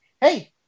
Hey